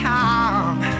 time